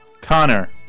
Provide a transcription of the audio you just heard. Connor